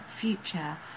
future